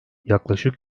yaklaşık